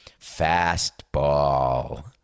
fastball